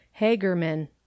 Hagerman